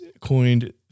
coined